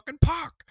park